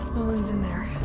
olin's in there.